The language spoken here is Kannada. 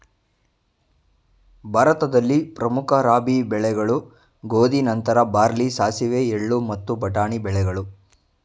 ಭಾರತದಲ್ಲಿ ಪ್ರಮುಖ ರಾಬಿ ಬೆಳೆಗಳು ಗೋಧಿ ನಂತರ ಬಾರ್ಲಿ ಸಾಸಿವೆ ಎಳ್ಳು ಮತ್ತು ಬಟಾಣಿ ಬೆಳೆಗಳು